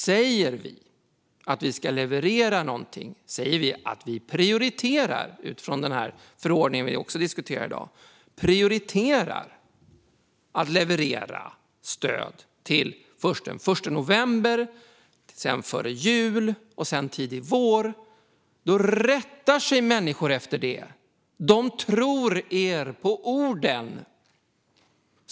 Säger vi att vi ska leverera något - att vi, utifrån den förordning vi diskuterar i dag, prioriterar att leverera stöd till först den 1 november, sedan före jul, sedan tidig vår - rättar sig människor efter det. De tar er på orden.